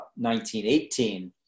1918